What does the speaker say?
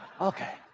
Okay